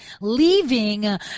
leaving